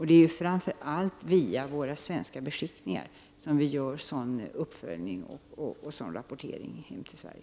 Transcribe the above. Det är framför allt via våra beskickningar som vi gör uppföljningar på grundval av deras rapporteringar hem till Sverige.